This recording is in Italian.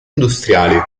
industriali